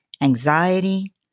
anxiety